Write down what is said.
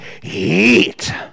Heat